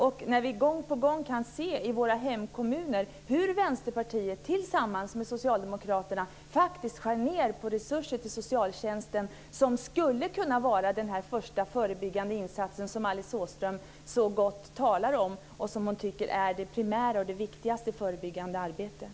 Vi kan gång på gång se i våra hemkommuner hur Vänsterpartiet, tillsammans med Socialdemokraterna, faktiskt skär ned på resurser till socialtjänsten. Den skulle ju kunna stå för den första förebyggande insatsen som Alice Åström talar så gott om och som hon tycker är det primära och det viktigaste förebyggande arbetet.